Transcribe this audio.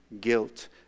guilt